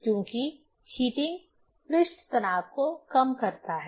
क्योंकि हीटिंग पृष्ठ तनाव को कम करता है